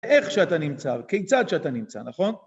איך שאתה נמצא וכיצד שאתה נמצא, נכון?